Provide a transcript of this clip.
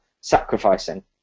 sacrificing